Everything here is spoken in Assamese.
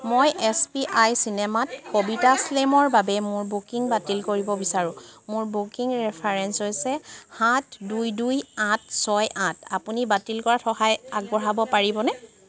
মই এছ পি আই চিনেমাত কবিতা শ্লেমৰ বাবে মোৰ বুকিং বাতিল কৰিব বিচাৰোঁ মোৰ বুকিং ৰেফাৰেন্স হৈছে সাত দুই দুই আঠ ছয় আঠ আপুনি বাতিল কৰাত সহায় আগবঢ়াব পাৰিবনে